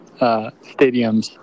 stadiums